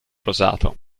rosato